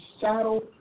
shadow